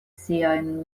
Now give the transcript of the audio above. siajn